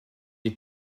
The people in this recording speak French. est